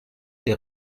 der